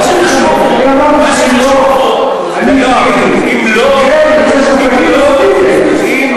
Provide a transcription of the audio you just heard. מה שחשוב הוא, אני ציפיתי שתגיד: אז טעיתי.